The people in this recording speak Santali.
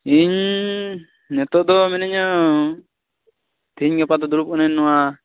ᱤᱧ ᱱᱤᱛᱳᱜ ᱫᱚ ᱢᱤᱱᱟ ᱧᱟ ᱛᱮᱦᱮᱧ ᱜᱟᱯᱟ ᱫᱚ ᱫᱩᱲᱩᱵ ᱠᱟᱱ ᱱᱟ ᱧ ᱱᱚᱣᱟ